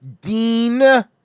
Dean